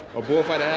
a bullfight at